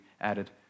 added